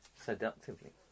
seductively